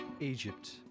Egypt